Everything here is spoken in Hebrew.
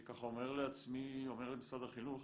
אני ככה אומר לעצמי, אומר למשרד החינוך